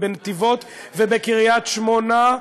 ובנתיבות ובקריית-שמונה,